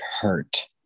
hurt